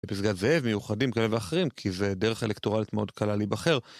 בפסגת זאב, מיוחדים כאלה ואחרים, כי זה דרך אלקטרואלית מאוד קלה להיבחר.